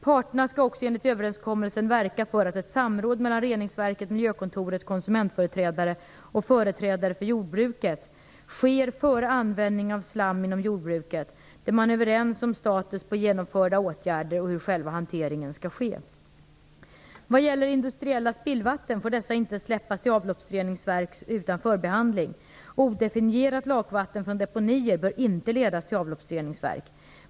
Parterna skall också enligt överenskommelsen verka för att ett samråd mellan reningsverket, miljökontoret, konsumentföreträdare och företrädare för jordbruket sker före användning av slam inom jordbruket, där man är överens om status på genomförda åtgärder och om hur själva hanteringen skall ske. Vad gäller industriella spillvatten får dessa inte släppas till avloppsreningsverk utan förbehandling. Odefinierat lakvatten från deponier bör inte ledas till avloppsreningsverk.